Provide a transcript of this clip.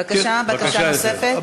בבקשה, בקשה נוספת.